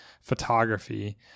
photography